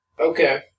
Okay